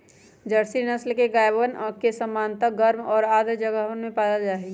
Jersey नस्ल के गायवन के सामान्यतः गर्म और आर्द्र जगहवन में पाल्ल जाहई